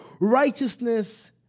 righteousness